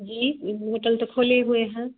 जी वह होटल तो खुली हुई है